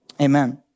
amen